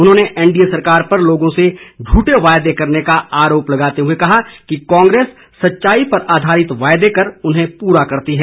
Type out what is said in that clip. उन्होंने एनडीए सरकार पर लोगों से झूठे वायदे करने का आरोप लगाते हुए कहा कि कांग्रेस सच्चाई पर आधारित वायदे कर उन्हें पूरा करती है